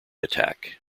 attack